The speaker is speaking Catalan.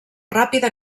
ràpida